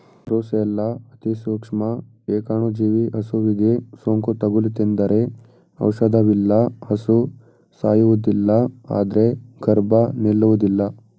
brucella ಅತಿಸೂಕ್ಷ್ಮ ಏಕಾಣುಜೀವಿ ಹಸುವಿಗೆ ಸೋಂಕು ತಗುಲಿತೆಂದರೆ ಔಷಧವಿಲ್ಲ ಹಸು ಸಾಯುವುದಿಲ್ಲ ಆದ್ರೆ ಗರ್ಭ ನಿಲ್ಲುವುದಿಲ್ಲ